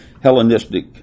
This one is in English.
Hellenistic